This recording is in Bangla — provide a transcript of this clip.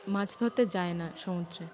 মাছ ধরতে যায় না সমুদ্রে